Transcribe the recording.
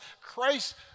Christ